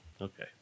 Okay